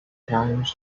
times